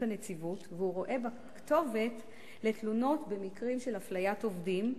הנציבות והוא רואה בה כתובת לתלונות במקרים של אפליית עובדים.